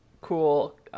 cool